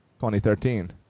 2013